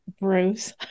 bruce